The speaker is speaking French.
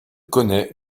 connaît